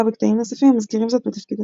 בקטעים נוספים המזכירים זאת בתפקיד עצמה.